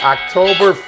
October